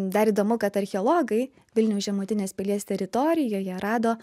dar įdomu kad archeologai vilniaus žemutinės pilies teritorijoje rado